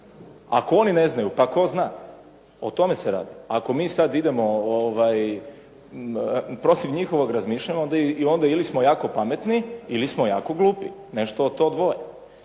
ako oni ne znaju pa tko zna. O tome se radi. Ako mi sad idemo protiv njihovog razmišljanja onda ili smo jako pametni ili smo jako glupi, nešto od to dvoje.